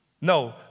No